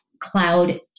cloud